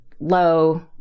low